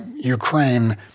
Ukraine